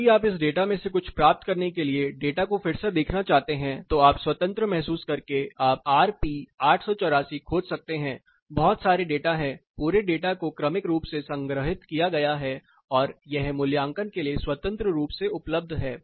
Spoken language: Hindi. यदि आप इस डेटा में से कुछ प्राप्त करने के लिए डेटा को फिर से देखना चाहते हैं तो आप स्वतंत्र महसूस करके आप RP 884 खोज सकते हैं बहुत सारे डेटा है पूरे डेटा को क्रमिक रूप से संग्रहीत किया गया है और यह मूल्यांकन के लिए स्वतंत्र रूप से उपलब्ध है